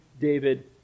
David